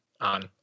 on